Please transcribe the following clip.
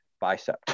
bicep